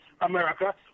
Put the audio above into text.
America